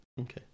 okay